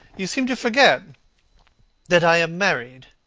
you seem to forget that i am married,